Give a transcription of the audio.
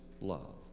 love